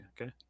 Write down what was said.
Okay